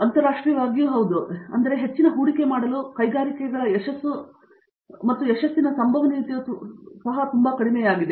Satyanarayana N Gummadi ಏಕೆಂದರೆ ಹೆಚ್ಚಿನ ಹೂಡಿಕೆ ಮಾಡಲು ಮತ್ತು ಕೈಗಾರಿಕೆಗಳ ಯಶಸ್ಸು ಯಶಸ್ಸಿನ ಸಂಭವನೀಯತೆಯು ತುಂಬಾ ಕಡಿಮೆಯಾಗಿದೆ